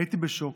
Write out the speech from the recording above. הייתי בשוק,